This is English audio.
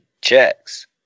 checks